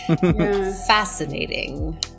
Fascinating